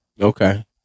Okay